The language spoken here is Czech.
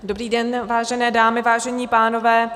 Dobrý den, vážené dámy, vážení pánové.